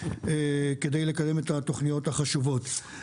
כדי לקדם את התוכניות החשובות.